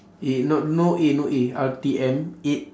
A not no A no A R_T_M eight